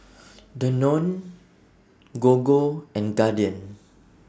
Danone Gogo and Guardian